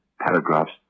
paragraphs